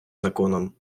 законом